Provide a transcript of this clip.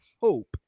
hope